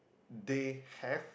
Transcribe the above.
they have